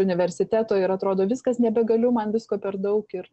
universiteto ir atrodo viskas nebegaliu man visko per daug ir